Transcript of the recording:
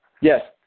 Yes